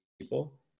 people